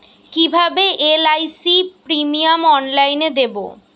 কিভাবে LIC premium অনলাইনে দেবো?